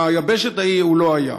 ביבשת ההיא הוא לא היה.